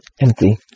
empty